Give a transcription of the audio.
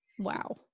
Wow